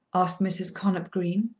asked mrs. connop green.